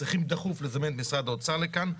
צריכים דחוף לזמן את משרד האוצר לכאן.